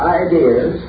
ideas